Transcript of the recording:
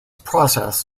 process